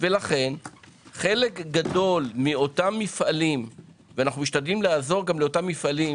ולכן חלק גדול מאותם מפעלים ואנו משתדלים לעזור לאותם מפעלים